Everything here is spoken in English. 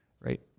Right